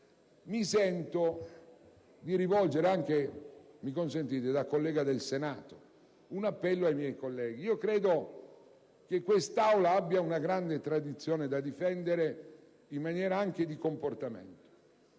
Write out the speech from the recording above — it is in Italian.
mi sento di rivolgere - consentitemi - da collega del Senato un appello ai miei colleghi. Credo che quest'Aula abbia una grande tradizione da difendere anche a livello di comportamento: